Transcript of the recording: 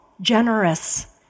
generous